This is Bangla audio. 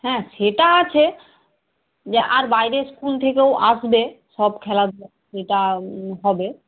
হ্যাঁ সেটা আছে যে আর বাইরের স্কুল থেকেও আসবে সব খেলা সেটা হবে